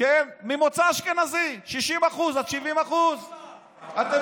ממוצא אשכנזי, 60% עד 70%. תפסיק כבר.